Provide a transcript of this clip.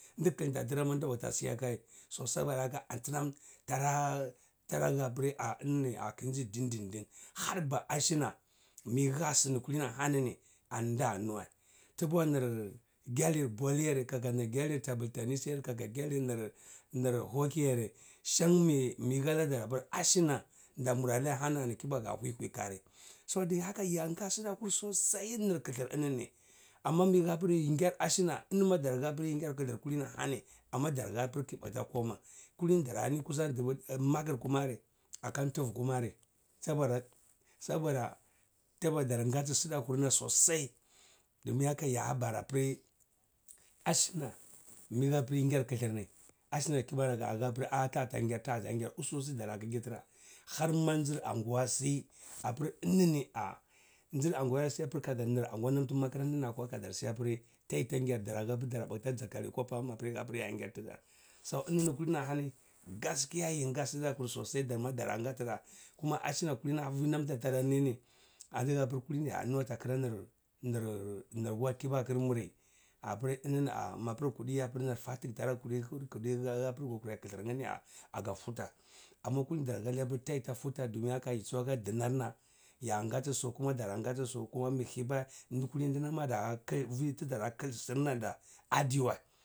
Adklnta tra ma nditaa siyakayi saboda haka anti nara dara, dara hapri a ini a kzi din din din har ba shina miyi ha sini kulini ahani ni ada tabwa na gyalir bawl yare kaka nr gyali table tenis kaka gyali nr nr hokey yare shan miyi hala dar apr aslina ada mura nai ahani ni ki bal a hwi hwi kari su di haka yar ga eda sosai ar lthr ini ni amma miyi lapri ini ni ashina ini ma dar kapri agyar ladar bwui kilini ahani amma dar hapr kibla ta kuma ini darani busan dubu makr kumara akan tufu kumara soboda soboda saboda dar nyati sita kuma sosai domin haka yaa bara apri ashna miyi hapr yin gi ngyar klhr ni ahma kiba ku da hapri a’a tagtk ngyar tagtangyar usu usu thra kgtra harm and anguwa si apri ini ni er azi anguwa yar si apr kadar nr anguwayar namti madar ni akwa ma kadar si apri tai targyar darya hapri dara ta tsal tali kwapa ma apri yangyar tdar so ini in dudini ni ahani gaskiya yinga sdar kur sosai dar mo daranga tra kuma ashna kubai avi namidar tara nai ni adi hapr kulini nutwer a wal kibakar mbri apri ini ni aa mapr gudi apr ni fati tarh haha aprgkrai kthraet ni aga pata amma kulini dar halai apr tayita furta domin haka yi suaka dnar na yangati su kuma darnagati su kuma miyi thibae ada kf vi dar akr srnanda adiwae.